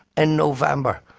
and november.